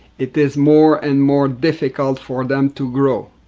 it is more and more difficult for them to grow.